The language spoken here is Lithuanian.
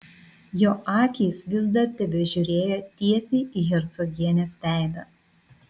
jo akys vis dar tebežiūrėjo tiesiai į hercogienės veidą